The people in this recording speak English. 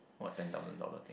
what ten thousand dollar thing